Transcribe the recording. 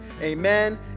Amen